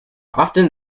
often